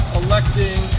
electing